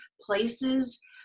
places